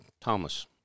Thomas